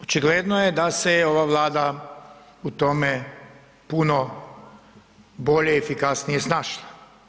Očigledno je da se je ova Vlada u tome puno bolje i efikasnije snašla.